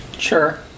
Sure